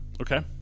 okay